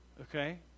Okay